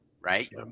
right